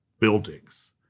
buildings